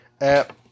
app